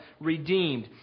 redeemed